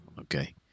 Okay